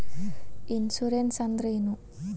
Insurance ಅಂದ್ರ ಏನು?